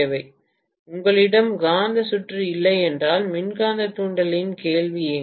பேராசிரியர் உங்களிடம் காந்த சுற்று இல்லை என்றால் மின்காந்த தூண்டலின் கேள்வி எங்கே